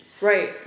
right